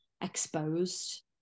exposed